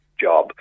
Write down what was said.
job